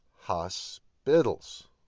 hospitals